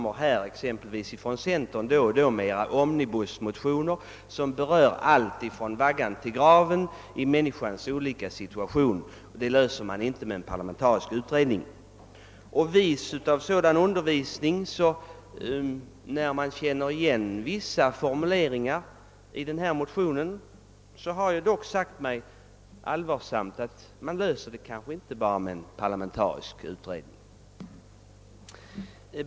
När man kommit exempelvis ifrån centern med omnibusmotioner, som berör allt i människans liv ifrån vaggan till graven, har man fått svaret, att sådana problem löser man inte med en parlamentarisk utredning. När man blivit vis av sådan undervisning och känner igen vissa formuleringar i denna motion, har jag sagt mig, att man kanske inte heller här löser det aktuella problemet med en parlamentarisk utredning.